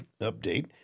update